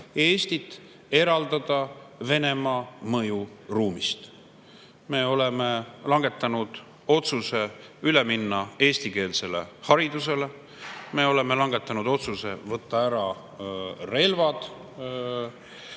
Eestit eraldada Venemaa mõjuruumist. Me oleme langetanud otsuse üle minna eestikeelsele haridusele. Me oleme langetanud otsuse võtta ära relvad